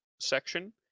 section